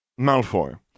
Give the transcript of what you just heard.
Malfoy